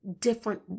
different